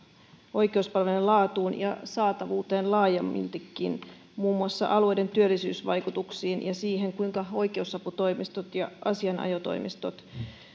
oikeuspalveluiden laatuun ja saatavuuteen laajemminkin muun muassa alueiden työllisyysvaikutuksiin ja siihen kuinka oikeusaputoimistot ja asianajotoimistot